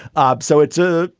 um so it's a,